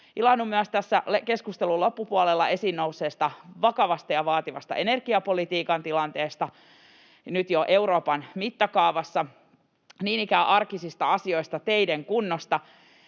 Ilahdun myös tässä keskustelun loppupuolella esiin nousseesta vakavasta ja vaativasta energiapolitiikan tilanteesta ja nyt jo Euroopan mittakaavassa niin ikään arkisista asioista, teiden kunnosta.